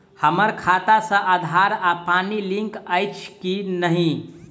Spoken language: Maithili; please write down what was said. हम्मर खाता सऽ आधार आ पानि लिंक अछि की नहि?